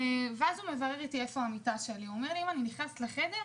הוא בירר איתי איפה המיטה שלי אם אני נכנס לחדר,